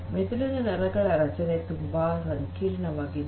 ಮೆದುಳಿನ ನರಗಳ ರಚನೆ ತುಂಬಾ ಸಂಕೀರ್ಣವಾಗಿದೆ